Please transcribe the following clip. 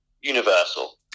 universal